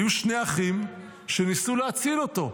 היו שני אחים שניסו להציל אותו.